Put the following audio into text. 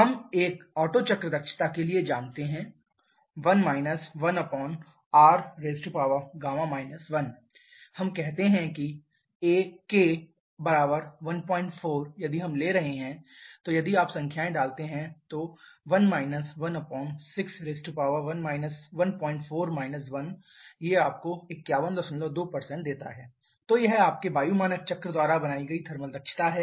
हम एक ओटो चक्र दक्षता के लिए जानते हैं 𝜂 1 1rz 1 हम कहते हैं कि k 14 यदि हम ले रहे हैं तो यदि आप संख्याएँ डालते हैं 𝜂1 1614 11 1604≈512％ तो यह आपके वायु मानक चक्र द्वारा बनाई गई थर्मल दक्षता है